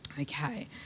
Okay